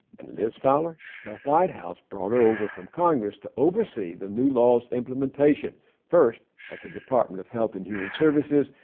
and liz fowler? the white house brought her over from congress to oversee the new law's implementation first at the department of health and human services,